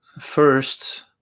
first